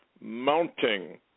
mounting